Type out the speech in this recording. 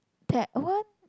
that one